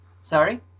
Sorry